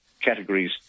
categories